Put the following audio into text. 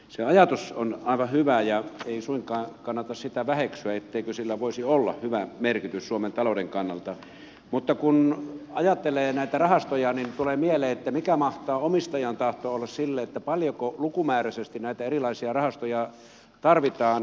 se ajatus on aivan hyvä ja ei suinkaan kannata sitä väheksyä etteikö sillä voisi olla hyvä merkitys suomen talouden kannalta mutta kun ajattelee näitä rahastoja niin tulee mieleen mikä mahtaa omistajan tahto olla siinä paljonko lukumääräisesti näitä erilaisia rahastoja tarvitaan